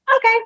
Okay